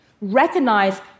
Recognize